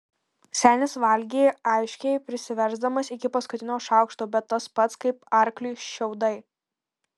senis valgė aiškiai prisiversdamas iki paskutinio šaukšto bet tas pats kaip arkliui šiaudai